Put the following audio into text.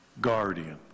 guardian